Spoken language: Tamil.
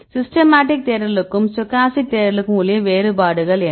சிஸ்டமேட்டிக் தேடலுக்கும் ஸ்டோக்காஸ்டிக் தேடலுக்கும் உள்ள வேறுபாடுகள் என்ன